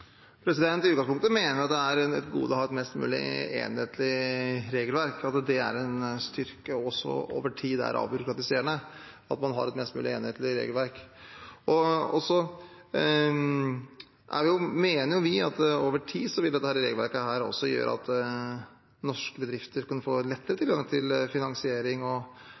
I utgangspunktet mener jeg det er et gode å ha et mest mulig enhetlig regelverk, at det er en styrke, og også over tid er avbyråkratiserende. Vi mener at over tid vil dette regelverket gjøre at norske bedrifter kan få lettere tilgang til finansiering, og at det kan være en konkurransefordel for norske bedrifter. Jeg tar også